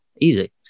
easy